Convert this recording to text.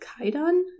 Kaidan